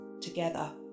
together